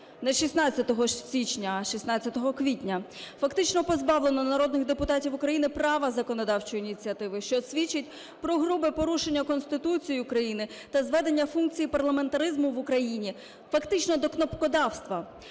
не 16 січня, а 16 квітня, фактично позбавлено народних депутатів України права законодавчої ініціативи, що свідчить про грубе порушення Конституції України та зведення функцій парламентаризму в Україні фактично до кнопкодавства.